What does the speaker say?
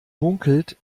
munkelt